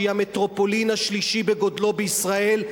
שהיא המטרופולין השלישית בגודלה בישראל,